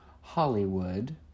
Hollywood